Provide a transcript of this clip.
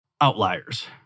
outliers